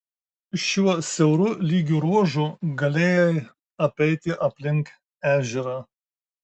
šiuo siauru lygiu ruožu galėjai apeiti aplink ežerą